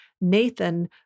Nathan